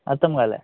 అర్థం కాలే